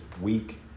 weak